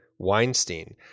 Weinstein